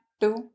two